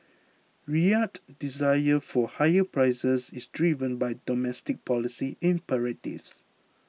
Riyadh's desire for higher prices is driven by domestic policy imperatives